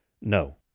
No